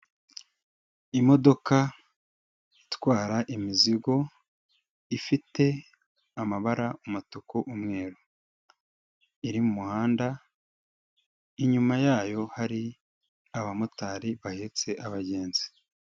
Imodoka itwara imizigo, ifite amabara: umutuku, umweru. Iri mu muhanda, inyuma yayo hari abamotari bahetse abagenzi.